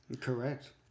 Correct